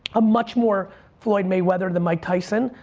ah much more floyd mayweather than mike tyson,